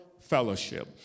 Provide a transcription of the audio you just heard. fellowship